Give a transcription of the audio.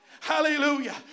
Hallelujah